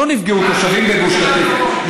לא נפגעו תושבים בגוש קטיף.